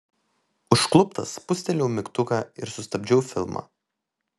užkluptas spustelėjau mygtuką ir sustabdžiau filmą